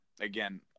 again